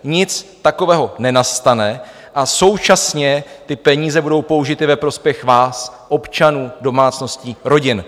Nic takového nenastane a současně ty peníze budou použity ve prospěch vás, občanů, domácností, rodin.